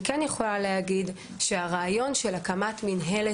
אני כן יכולה להגיד שהרעיון של הקמת מינהלת